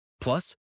Plus